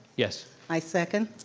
yes? i second.